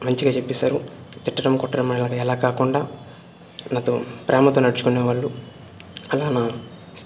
మంచిగా చెప్పిస్తారు తిట్టడం కొట్టడం అలా ఎలా కాకుండా నాతో ప్రేమతో నడుచుకునేవాళ్ళు అలా నా